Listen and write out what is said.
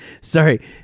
Sorry